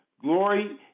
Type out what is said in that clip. Glory